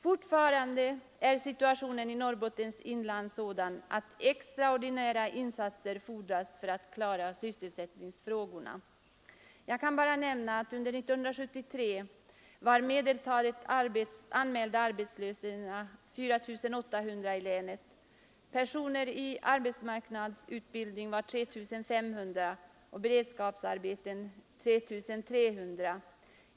Fortfarande är situationen i Norrbottens inland sådan att extraordinära insatser fordras för att klara sysselsättningsfrågorna. Jag kan bara nämna att under 1973 var medeltalet anmälda arbetslösa i länet 4800, personer i AMS-utbildning 3 500 och personer sysselsatta i beredskapsarbeten 3 300.